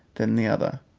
then the other,